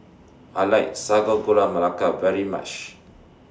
I like Sago Gula Melaka very much